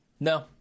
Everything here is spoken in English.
No